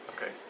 Okay